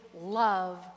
love